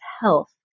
health